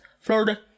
Florida